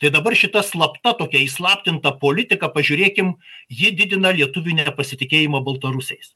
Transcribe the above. tai dabar šita slapta tokia įslaptinta politika pažiūrėkim ji didina lietuvių nepasitikėjimą baltarusiais